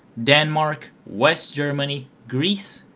denmark, west germany, greece,